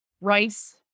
rice